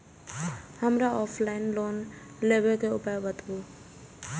हमरा offline loan लेबे के उपाय बतबु?